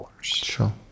Sure